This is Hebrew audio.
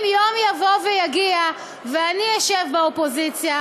אם יום יבוא ויגיע, ואני אשב באופוזיציה,